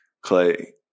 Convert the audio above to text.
Clay